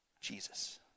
Jesus